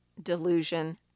delusion